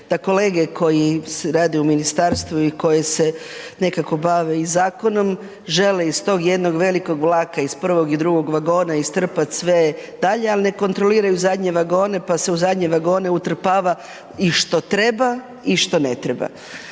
da kolege koji rade u ministarstvu i koje se nekako bave i zakonom, žele iz tog jednog velikog vlaka, iz prvog i drugog vagona, istrpat sve dalje, ali ne kontroliraju zadnje vagone, pa se u zadnje vagone utrpava i što treba i što ne treba.